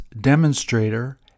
demonstrator